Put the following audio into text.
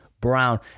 Brown